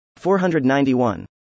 491